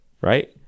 Right